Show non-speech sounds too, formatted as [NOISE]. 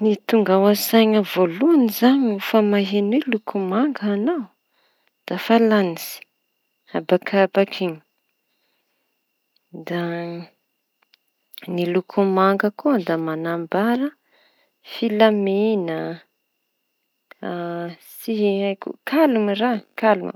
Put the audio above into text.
Ny tonga ao an-tsaina voalohany izañy rehefa maheno hoe: loko manga añao da fa lanitsy habakabak'iñy da ny loko manga koa da manambara filamina [HESITATION] ka- lkalimy raha -kalm.